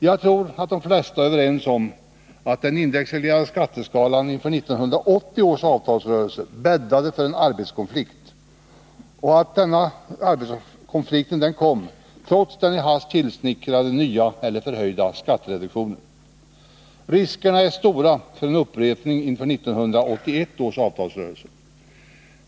Jag tror att de flesta är överens om att den indexreglerade skatteskalan inför 1980 års avtalsrörelse bäddade för en arbetskonflikt och att denna kom trots den i hast tillsnickrade nya eller förhöjda skattereduktionen. Riskerna är stora för en upprepning inför 1981 års avtalsrörelse.